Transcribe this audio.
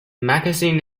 magazine